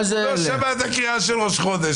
הוא לא שמע את הקריאה של ראש חודש.